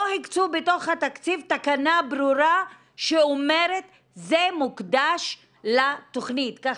לא הקצו בתוך התקציב תקנה ברורה שאומרת שזה מוקדש לתכנית כך